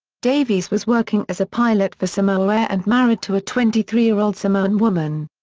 davis was working as a pilot for samoa air and married to a twenty three year old samoan woman.